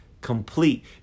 complete